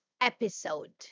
episode